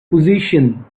position